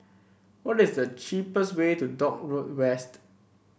what is the cheapest way to Dock Road West